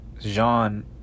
Jean